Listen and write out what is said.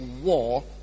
war